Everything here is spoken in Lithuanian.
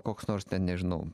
koks nors ten nežinau